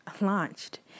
launched